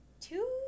two